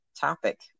topic